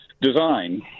design